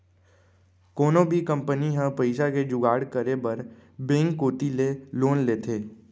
कोनो भी कंपनी ह पइसा के जुगाड़ करे बर बेंक कोती ले लोन लेथे